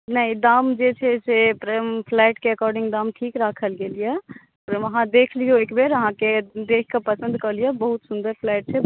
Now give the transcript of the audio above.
नहि दाम जे छै से पराइम फ्लैट के अकोर्डिंग दाम ठीक राखल गेल अछि एहि मे अहाँ देख लियौ एकबेर अहाँ के देखकऽ पसंद कऽ लिअ बहुत सुन्दर फ्लैट छै